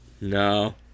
No